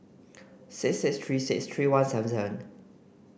six six three six three one seven seven